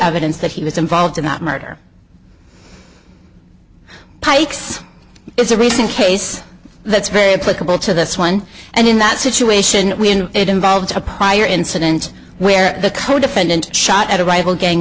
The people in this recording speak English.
evidence that he was involved in not murder pikes is a recent case that's very political to this one and in that situation it involves a prior incident where the codefendant shot at a rival gang